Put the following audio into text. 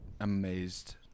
amazed